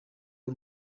w’u